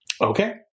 Okay